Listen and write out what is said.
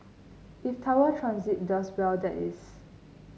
if Tower Transit does well that is